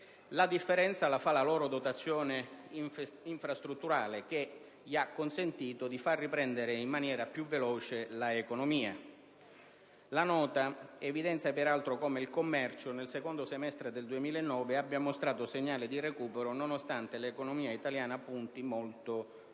la differenza la fa la loro dotazione infrastrutturale, che ha consentito loro di far riprendere in maniera più veloce l'economia. La Nota evidenzia peraltro come il commercio, nel secondo semestre del 2009, abbia mostrato segnali di recupero, nonostante l'economia italiana punti molto